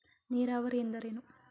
ನೀರಾವರಿ ಎಂದರೇನು?